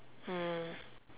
mm